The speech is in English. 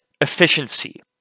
efficiency